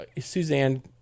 Suzanne